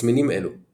תסמינים אלו-